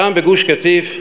שם, בגוש-קטיף,